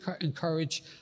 encourage